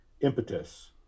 impetus